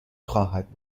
خواهد